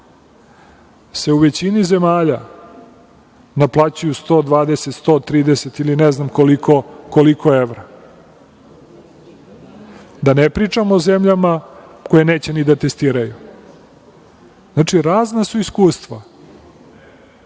se u većini zemalja naplaćuju 120, 130 ili ne znam koliko evra. Da ne pričam o zemljama koje neće ni da testiraju. Znači, razna su iskustva